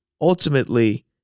ultimately